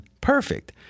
perfect